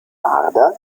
marder